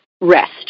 rest